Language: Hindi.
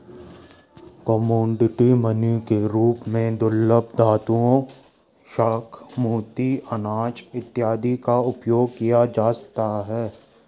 कमोडिटी मनी के रूप में दुर्लभ धातुओं शंख मोती अनाज इत्यादि का उपयोग किया जाता है